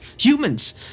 humans